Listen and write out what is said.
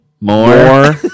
More